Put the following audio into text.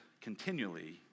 continually